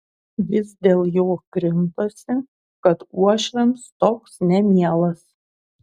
vis dėl jo krimtosi kad uošviams toks nemielas